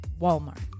Walmart